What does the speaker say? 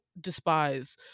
despise